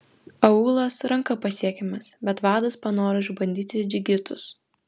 aūlas ranka pasiekiamas bet vadas panoro išbandyti džigitus